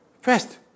First